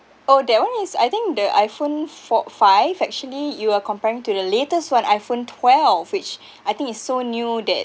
oh that one is I think the iphone four five actually you are comparing to the latest one iphone twelve which I think it's so new that